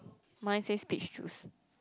mine says peach juice